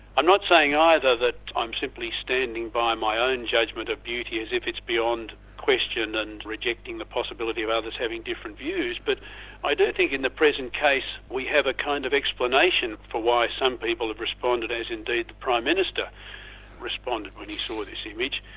i'm not saying either that i'm simply standing by my own judgement of beauty as if it's beyond question and rejecting the possibility of others having different views, but i do think in the present case, we have a kind of explanation for why some people have responded as indeed the prime minister responded when he saw this image,